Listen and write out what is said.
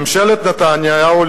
ממשלת נתניהו,